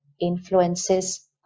Influences